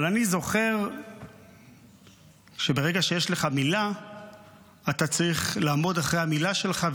אבל אני זוכר שברגע שיש לך מילה אתה צריך לעמוד מאחורי המילה שלך,